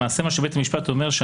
למעשה מה שבית המשפט אומר: